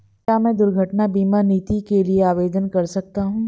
क्या मैं दुर्घटना बीमा नीति के लिए आवेदन कर सकता हूँ?